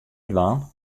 dwaan